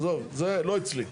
עזוב, זה לא אצלי.